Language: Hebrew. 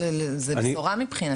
זאת בשורה מבחינתנו.